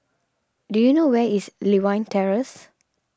do you know where is Lewin Terrace